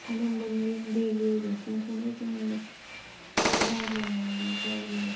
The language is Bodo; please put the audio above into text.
सामफ्रामबोनि दैलि रुथिनखौनो जोङो रायलानाय जायो